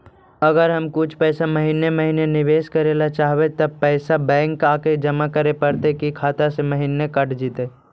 अगर हम कुछ पैसा के महिने महिने निबेस करे ल चाहबइ तब पैसा बैक आके जमा करे पड़तै कि खाता से महिना कट जितै?